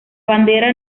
bandera